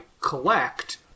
collect